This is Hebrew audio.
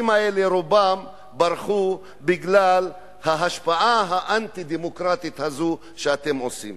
רובם של האנשים האלה ברחו בגלל ההשפעה האנטי-דמוקרטית הזאת שאתם עושים.